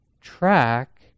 track